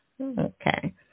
Okay